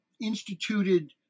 instituted